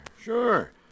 sure